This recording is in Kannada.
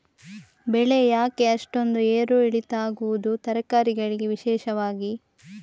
ಬೆಳೆ ಯಾಕೆ ಅಷ್ಟೊಂದು ಏರು ಇಳಿತ ಆಗುವುದು, ತರಕಾರಿ ಗಳಿಗೆ ವಿಶೇಷವಾಗಿ?